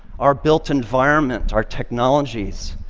our built environment, our technologies,